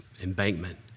embankment